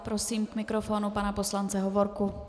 Prosím k mikrofonu pana poslance Hovorku.